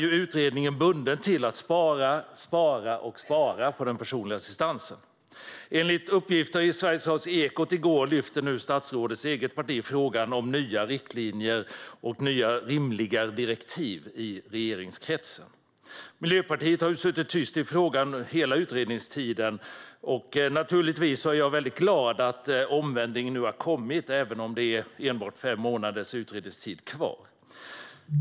Utredningen är bunden till att spara, spara och spara på den personliga assistansen. Enligt uppgifter i Sveriges Radios Ekot i går lyfter statsrådets eget parti nu upp frågan om nya riktlinjer och nya rimliga direktiv i regeringskretsen. Miljöpartiet har suttit tyst i frågan under hela utredningstiden. Jag är glad att omvändningen nu har kommit även om det enbart är fem månaders utredningstid kvar.